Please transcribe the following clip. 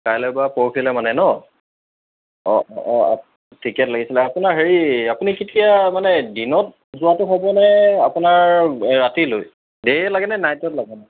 কাইলৈ বা পৰহিলৈ মানে নহ্ অঁ অঁ অঁ টিকেট লাগিছিলে আপোনাৰ হেৰি আপুনি কেতিয়া মানে দিনত যোৱাটো হ'বনে আপোনাৰ ৰাতিলৈ ডে লাগেনে নাইটত লাগে